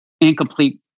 incomplete